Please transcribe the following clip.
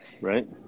Right